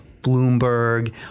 Bloomberg